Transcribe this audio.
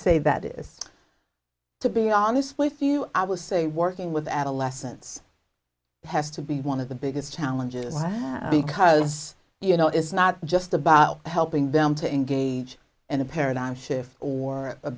say that is to be honest with you i will say working with adolescents has to be one of the biggest challenges i have because you know it's not just about helping them to engage in a paradigm shift or